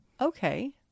okay